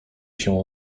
się